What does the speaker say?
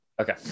Okay